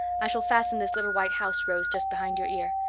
i shall fasten this little white house rose just behind your ear.